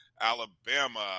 Alabama